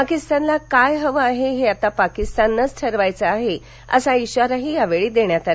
पाकिस्तानला काय हवं आहे हे आता पाकिस्ताननेच ठरवायचं आहे असा श्रिाराही यावेळी देण्यात आला